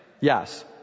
Yes